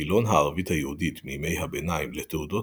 מילון הערבית-היהודית מימי הביניים לתעודות